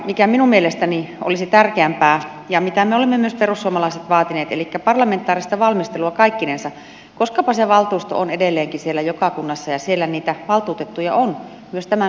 mikä minun mielestäni olisi tärkeämpää ja mitä me perussuomalaiset olemme myös vaatineet on parlamentaarinen valmistelu kaikkinensa koskapa se valtuusto on edelleenkin siellä joka kunnassa ja siellä niitä valtuutettuja on myös tämän salin puolueista